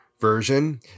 version